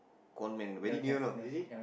conman very near know you see